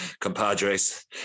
Compadres